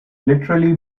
literally